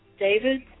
David